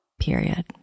period